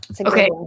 Okay